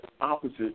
opposite